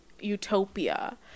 utopia